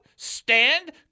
Stand